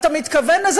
אתה מתכוון לזה,